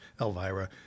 Elvira